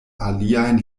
aliajn